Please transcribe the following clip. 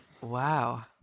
Wow